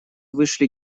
вышли